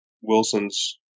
Wilson's